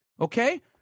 Okay